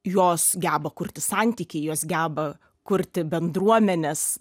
jos geba kurti santykį jos geba kurti bendruomenes